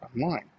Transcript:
online